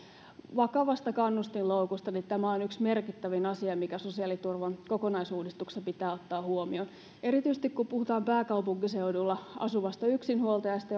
vakavasta kannustinloukusta on yksi merkittävin asia mikä sosiaaliturvan kokonaisuudistuksessa pitää ottaa huomioon erityisesti kun puhutaan pääkaupunkiseudulla asuvasta yksinhuoltajasta